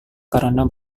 karena